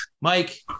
Mike